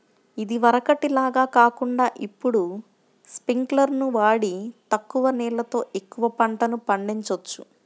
ఇదివరకటి లాగా కాకుండా ఇప్పుడు స్పింకర్లును వాడి తక్కువ నీళ్ళతో ఎక్కువ పంటలు పండిచొచ్చు